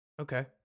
Okay